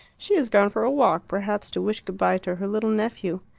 she has gone for a walk perhaps to wish good-bye to her little nephew.